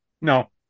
No